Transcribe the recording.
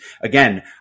again